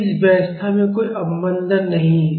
इस व्यवस्था में कोई अवमंदन नहीं है